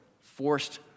forced